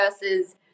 versus